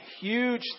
huge